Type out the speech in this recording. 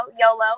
YOLO